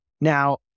Now